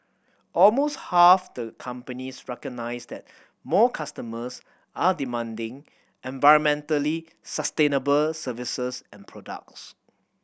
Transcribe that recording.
almost half the companies recognise that more customers are demanding environmentally sustainable services and products